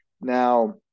Now